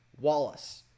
Wallace